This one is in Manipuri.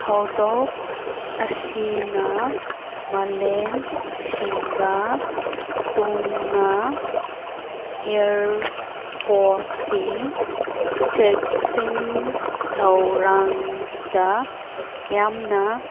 ꯊꯧꯗꯣꯛ ꯑꯁꯤꯅ ꯃꯥꯂꯦꯝ ꯁꯤꯟꯕ ꯊꯨꯡꯅ ꯏꯌꯔꯄꯣꯔꯠꯀꯤ ꯆꯦꯛꯁꯤꯟ ꯊꯧꯔꯥꯡꯗ ꯌꯥꯝꯅ